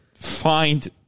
Find